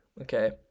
okay